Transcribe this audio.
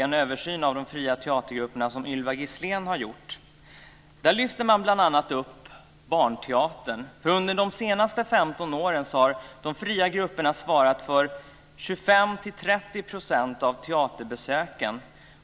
En översyn av de fria teatergrupperna och är gjord av Ylva Gislén. Där lyfter man bl.a. upp barnteatern. Under de senaste 15 åren har de fria grupperna svarat för 25-30 % av teaterbesöken.